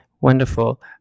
Wonderful